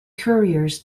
couriers